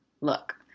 Look